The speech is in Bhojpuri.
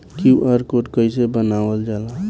क्यू.आर कोड कइसे बनवाल जाला?